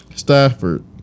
Stafford